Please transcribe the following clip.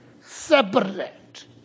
separate